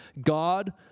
God